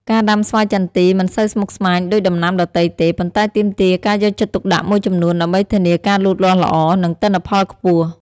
ការដាំស្វាយចន្ទីមិនសូវស្មុគស្មាញដូចដំណាំដទៃទេ ប៉ុន្តែទាមទារការយកចិត្តទុកដាក់មួយចំនួនដើម្បីធានាការលូតលាស់ល្អ និងទិន្នផលខ្ពស់។